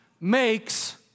makes